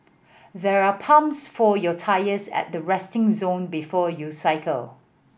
there are pumps for your tyres at the resting zone before you cycle